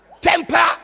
temper